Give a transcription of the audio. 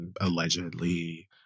allegedly